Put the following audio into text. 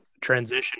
transition